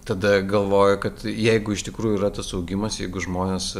tada galvoji kad jeigu iš tikrųjų yra tas augimas jeigu žmonės